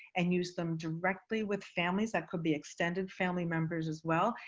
and use them directly with families. that could be extended family members as well.